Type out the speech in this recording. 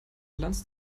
bilanz